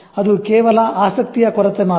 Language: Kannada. ಅದು ಕೇವಲ ಆಸಕ್ತಿಯ ಕೊರತೆ ಮಾತ್ರ